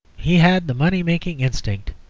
he had the money-making instinct.